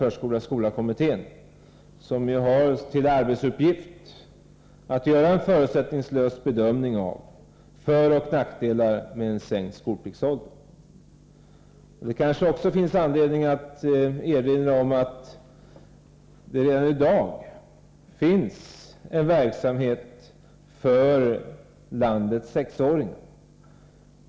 förskola-skola-kommittén, som har till arbetsuppgift att göra en förutsättningslös bedömning av föroch nackdelar med en sänkt skolpliktsålder. Det kanske också finns anledning att erinra om att det redan i dag finns en verksamhet för landets sexåringar.